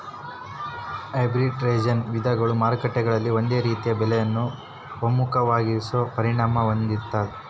arbitrage ವಿವಿಧ ಮಾರುಕಟ್ಟೆಗಳಲ್ಲಿ ಒಂದೇ ರೀತಿಯ ಬೆಲೆಗಳನ್ನು ಒಮ್ಮುಖವಾಗಿಸೋ ಪರಿಣಾಮ ಹೊಂದಿರ್ತಾದ